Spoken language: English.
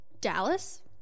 Dallas